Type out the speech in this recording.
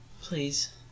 Please